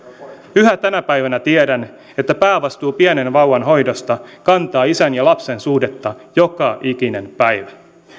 yhä tänä päivänä tiedän että päävastuu pienen vauvan hoidosta kantaa isän ja lapsen suhdetta joka ikinen päivä